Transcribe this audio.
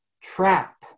trap